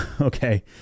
Okay